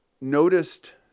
noticed